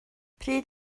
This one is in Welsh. pryd